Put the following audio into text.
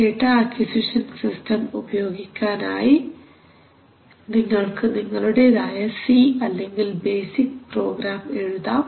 data acquisition system ഉപയോഗിക്കാനായി നിങ്ങൾക്ക് നിങ്ങളുടേതായ C അല്ലെങ്കിൽ ബേസിക് പ്രോഗ്രാം എഴുതാം